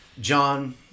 John